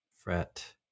fret